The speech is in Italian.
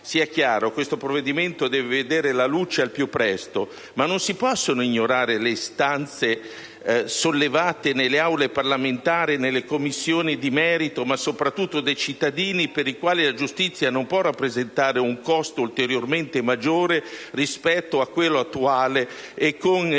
Sia chiaro, questo provvedimento deve vedere la luce al più presto, ma non si possono ignorare le istanze sollevate nelle Aule parlamentari, nelle Commissioni di merito, ma soprattutto dai cittadini, per i quali la giustizia non può rappresentare un costo ulteriormente maggiore rispetto a quello attuale